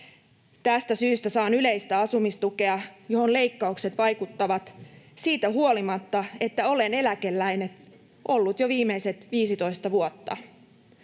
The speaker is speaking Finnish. Tästä syystä saan yleistä asumistukea, johon leikkaukset vaikuttavat siitä huolimatta, että olen eläkeläinen ollut jo viimeiset 15 vuotta.